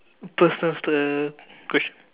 personal st~ question